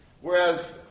Whereas